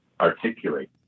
articulate